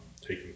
taking